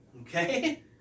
Okay